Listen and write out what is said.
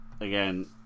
again